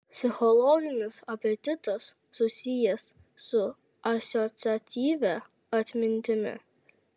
psichologinis apetitas susijęs su asociatyvia atmintimi